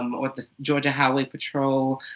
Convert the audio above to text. um or the georgia highway patrol.